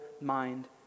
mind